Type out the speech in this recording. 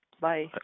Bye